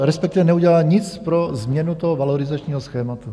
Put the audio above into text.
Respektive neudělala nic pro změnu toho valorizačního schématu.